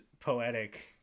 poetic